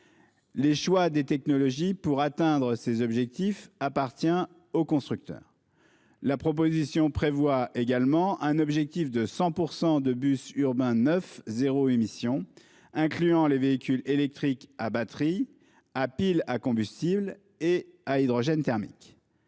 Le choix des technologies pour atteindre ces objectifs appartient, en revanche, au constructeur. La proposition de révision du règlement prévoit également un objectif de 100 % de bus urbains neufs zéro émission, incluant les véhicules électriques à batteries, à pile à combustible et à hydrogène thermique.